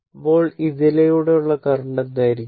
അപ്പോൾ ഇതിലൂടെയുള്ള കറന്റ് എന്തായിരിക്കും